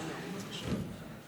עד עשר דקות לרשותך,